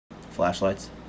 flashlights